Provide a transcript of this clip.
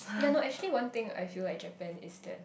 ya no actually one thing I feel like Japan is that